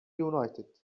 united